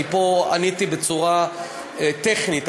אני פה עניתי בצורה טכנית,